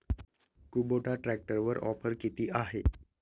Kubota ट्रॅक्टरवर offer किती आहे?